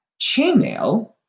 Chainmail